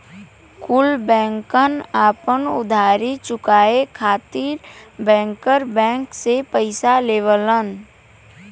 कुल बैंकन आपन उधारी चुकाये खातिर बैंकर बैंक से पइसा लेवलन